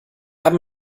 haben